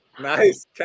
Nice